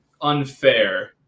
unfair